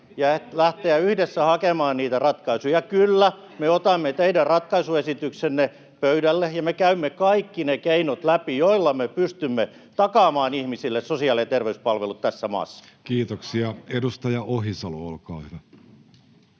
ja lähteä yhdessä hakemaan niitä ratkaisuja. Kyllä, me otamme teidän ratkaisuesityksenne pöydälle ja me käymme läpi kaikki ne keinot, joilla me pystymme takaamaan ihmisille sosiaali- ja terveyspalvelut tässä maassa. [Speech 46] Speaker: Jussi Halla-aho